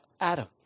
Adam